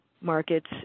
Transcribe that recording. markets